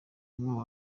umwe